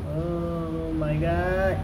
oh my god